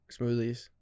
Smoothies